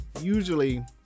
usually